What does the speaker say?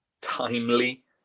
Timely